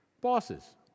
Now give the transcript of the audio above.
Bosses